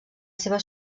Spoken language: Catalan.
seva